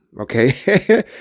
Okay